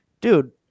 dude